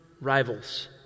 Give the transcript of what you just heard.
rivals